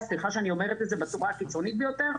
סליחה שאני אומרת את זה בצורה הקיצונית ביותר.